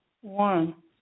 One